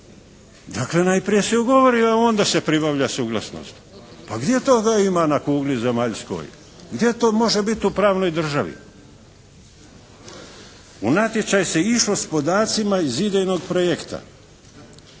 Dakle, najprije se ugovori a onda se pribavlja suglasnost. Pa gdje toga ima na kugli zemaljskoj? Gdje to može biti u pravnoj državi? U natječaj se išlo s podacima iz idejnog projekta,